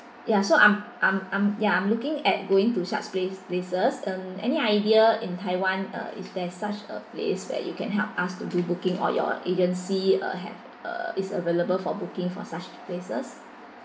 ya so I'm I'm I'm ya I'm looking at going to such place places um any idea in taiwan uh is there's such a place where you can help us to do booking or your agency uh have uh is available for booking for such places